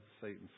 Satan's